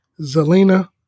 Zelina